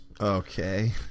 Okay